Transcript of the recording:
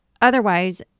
Otherwise